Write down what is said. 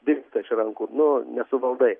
dingsta iš rankų nu nesuvaldai